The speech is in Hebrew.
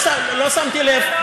לא שמתי לב.